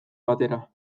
batera